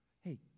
hey